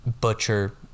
butcher